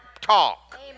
talk